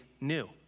new